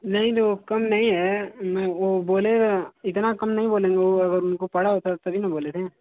नहीं तो कम नहीं है वो बोले इतना कम नहीं बोलेंगे वो अगर उनको पड़ा होता तभी न बोले थे